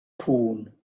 cŵn